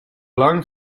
lang